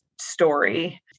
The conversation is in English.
story